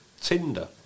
Tinder